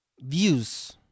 views